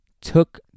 took